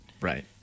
Right